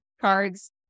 cards